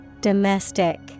Domestic